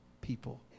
people